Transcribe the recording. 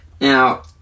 Now